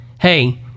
Hey